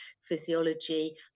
physiology